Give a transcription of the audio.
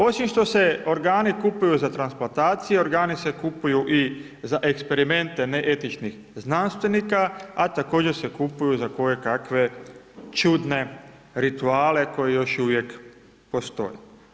Osim što se organi kupuju za transplantaciju, organi se kupuju i za eksperimente neetičnih znanstvenika, a također se kupuju za koje kave čudne rituale koji još uvijek postoje.